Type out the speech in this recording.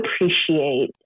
appreciate